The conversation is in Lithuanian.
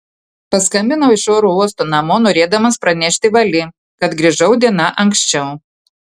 paskambinau iš oro uosto namo norėdamas pranešti vali kad grįžau diena anksčiau